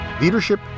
leadership